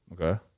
Okay